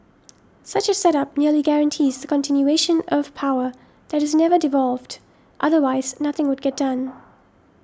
such a setup nearly guarantees the continuation of power that is never devolved otherwise nothing would get done